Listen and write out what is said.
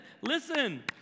listen